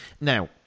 Now